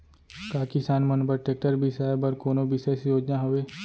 का किसान मन बर ट्रैक्टर बिसाय बर कोनो बिशेष योजना हवे?